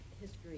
History